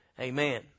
Amen